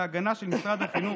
להגנה של משרד החינוך,